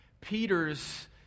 Peter's